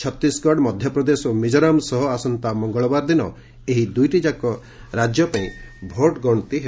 ଛତିଶଗଡ଼ ମଧ୍ୟପ୍ରଦେଶ ଓ ମିକୋରାମ୍ ସହ ଆସନ୍ତା ମଙ୍ଗଳବାର ଦିନ ଏହି ଦୁଇଟିଯାକ ରାଜ୍ୟପାଇଁ ଭୋଟ୍ ଗଣତି ହେବ